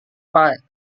pak